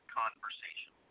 conversation